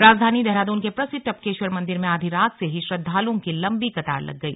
राजधानी देहरादून के प्रसिद्ध टपकेश्वर मंदिर में आधी रात से ही श्रद्दालुओं की लंबी कतार लग गई